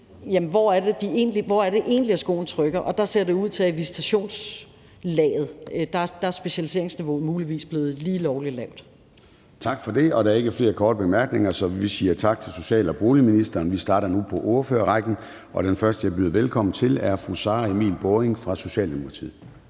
hvor det egentlig er, skoen trykker. Og der ser det ud til, at i visitationslaget er specialiseringsniveauet muligvis blevet lige lovlig lavt. Kl. 10:28 Formanden (Søren Gade): Tak for det. Der er ikke flere korte bemærkninger, så vi siger tak til social- og boligministeren. Vi starter nu på ordførerrækken, og den første, jeg byder velkommen til, er fru Sara Emil Baaring fra Socialdemokratiet.